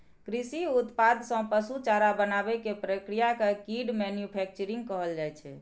कृषि उत्पाद सं पशु चारा बनाबै के प्रक्रिया कें फीड मैन्यूफैक्चरिंग कहल जाइ छै